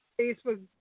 Facebook